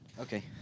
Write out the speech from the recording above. Okay